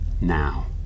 now